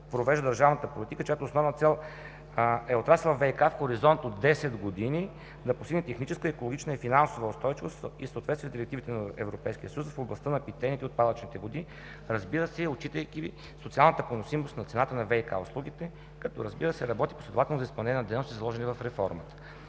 провежда държавната политика, чиято основна цел е отрасъл ВиК в хоризонт от 10 години да постигне техническа, екологична и финансова устойчивост и съответствие с директивите на Европейския съюз в областта на питейните и отпадъчните води, разбира се, и отчитайки социалната поносимост на цената на ВиК услугите, като, разбира се, работи последователно за изпълнение на дейностите, заложени в реформата.